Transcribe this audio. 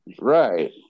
Right